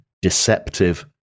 Deceptive